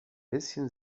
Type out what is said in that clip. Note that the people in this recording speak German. bisschen